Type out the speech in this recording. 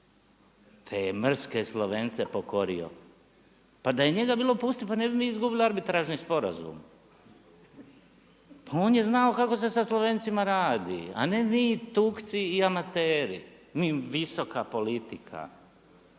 Te mrske Slovence je pokorio. Pa da je njega bilo pustit pa ne bi mi izgubili arbitražne sporazum. Pa on je znao kako se Slovencima radi, a ne vi tukci i amateri. Mi visoka politika.